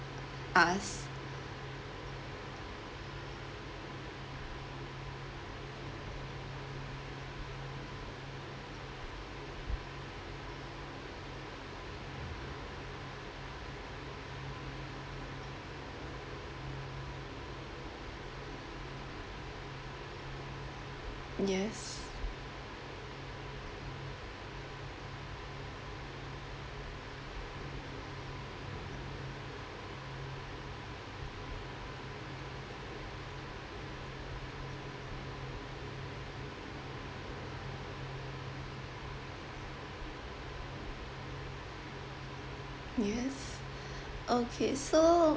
us yes yes okay so